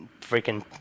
freaking